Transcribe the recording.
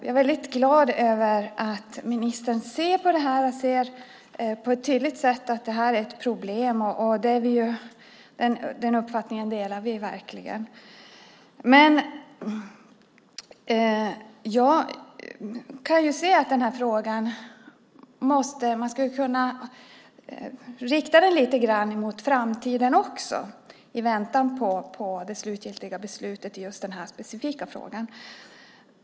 Jag är väldigt glad över att ministern ser på det här och tydligt noterar att det här är ett problem. Den uppfattningen delar vi verkligen. Men den här frågan skulle man också kunna rikta lite grann mot framtiden i väntan på det slutgiltiga beslutet i den specifika frågan.